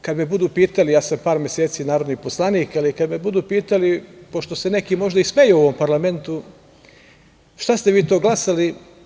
Kada me budu pitali, ja sam par meseci narodni poslanik, ali kada me budu pitali, pošto se neki možda i smeju ovom parlamentu, šta ste vi to glasali?